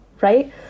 Right